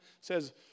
says